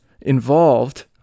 involved